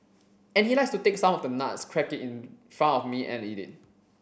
and he likes to take some of the nuts crack it in front of me and eat it